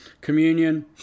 communion